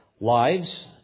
lives